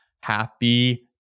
happy